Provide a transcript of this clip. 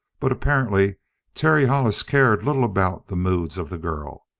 but apparently terry hollis cared little about the moods of the girl.